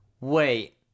Wait